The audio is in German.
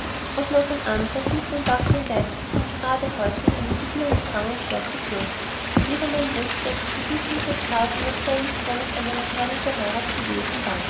und noch ein andres ließ den wackeren geistlichen gerade heute einen üblen empfang im schlosse fürchten jedermann wußte wie wütend der graf über seines sohnes amerikanische heirat gewesen war